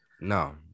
No